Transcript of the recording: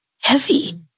heavy